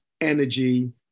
energy